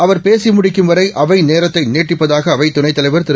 அவர்பேசிமுடிக்கும்வரைஅவைநேரத்தைநீட்டிப்பதாகஅவை துணைத்தலைவர்திரு